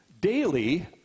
daily